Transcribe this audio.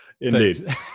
Indeed